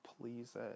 please